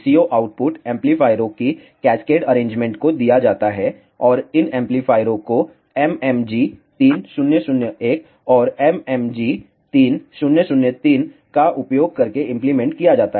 VCO output एम्पलीफायरों की cascade arrangement को दिया जाता है और इन एम्पलीफायरों को MMG3001 और MMG3003 का उपयोग करके इंप्लीमेंट किया जाता है